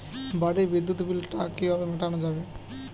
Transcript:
বাড়ির বিদ্যুৎ বিল টা কিভাবে মেটানো যাবে?